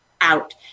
out